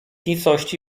nicości